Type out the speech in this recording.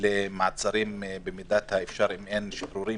למעצרים אם אין שחרורים.